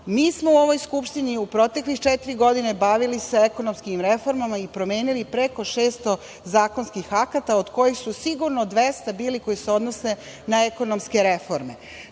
smo se u ovoj Skupštini u protekle četiri godini bavili se ekonomskim reformama i promenili preko 600 zakonskih akata, od kojih su sigurno 200 bili koji se odnose na ekonomske reforme.